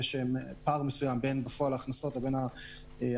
יש פער מסוים בין בפועל ההכנסות לבין המחזור.